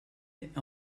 est